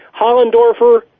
Hollendorfer